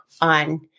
on